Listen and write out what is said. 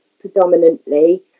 predominantly